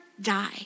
die